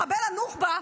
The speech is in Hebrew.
מחבל הנוח'בה,